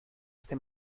este